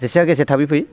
जेसे हागौ एसे थाबै फै